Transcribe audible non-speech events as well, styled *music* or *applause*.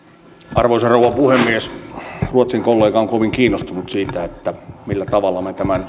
arvoisa rouva puhemies ruotsin kollega on kovin kiinnostunut siitä millä tavalla me tämän *unintelligible*